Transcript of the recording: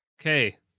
Okay